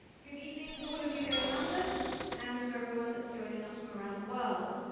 good evening to all of you here in london and to everyone that's joining us from around the world.